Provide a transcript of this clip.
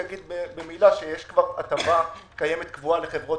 הטבה קיימת קבועה לחברות